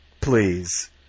Please